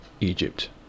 Egypt